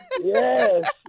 yes